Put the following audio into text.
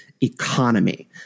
economy